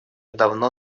давно